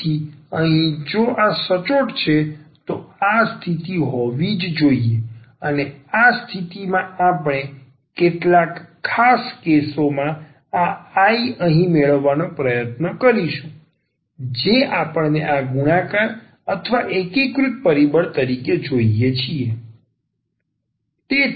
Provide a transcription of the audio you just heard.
તેથી અહીં જો આ સચોટ છે તો આ સ્થિતિ હોવી જ જોઇએ અને આ સ્થિતિમાંથી આપણે કેટલાક ખાસ કેસોમાં આ I અહીં મેળવવાનો પ્રયત્ન કરીશું જે આપણને આ ગુણાકાર અથવા એકીકૃત પરિબળ તરીકે જોઈએ છે